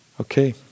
Okay